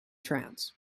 trance